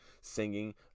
singing